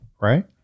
right